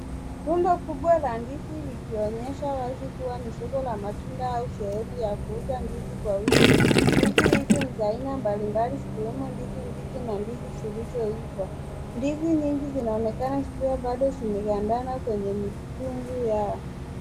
Rundo kubwa la ndizi likionekana kuonyesha wazi kuwa ni soko la matunda au sehemu ya kuuza ndizi kwa wingi. Ndizi hizi ni za aina mbalimbali zikiwemo ndizi mbichi na ndizi zilizoiva. Ndizi nyingi zinaonekana zikiwa bado zimegandana kwenye mikungu yao.